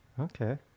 Okay